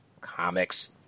comics